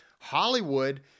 Hollywood